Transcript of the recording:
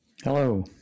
Hello